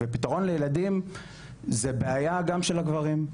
ופתרון לילדים זה בעיה גם של הגברים,